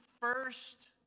first